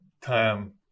time